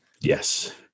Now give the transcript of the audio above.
Yes